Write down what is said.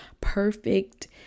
perfect